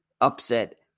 upset